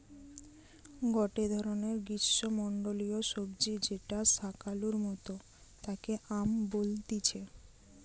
গটে ধরণের গ্রীষ্মমন্ডলীয় সবজি যেটা শাকালুর মতো তাকে য়াম বলতিছে